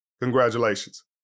Congratulations